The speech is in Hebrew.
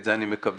את זה אני מקווה.